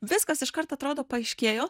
viskas iškart atrodo paaiškėjo